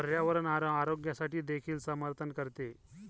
पर्यावरण आणि आरोग्यासाठी देखील समर्थन करते